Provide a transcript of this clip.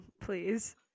Please